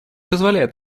позволяет